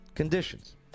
Conditions